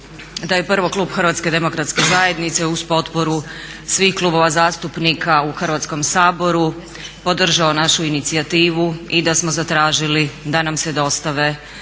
da je prvo klub HDZ-a uz potporu svih klubova zastupnika u Hrvatskom saboru podržao našu inicijativu i da smo zatražili da nam se dostave